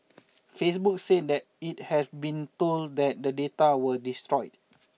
Facebook said that it have been told that the data were destroyed